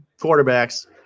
quarterbacks